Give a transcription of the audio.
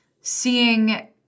seeing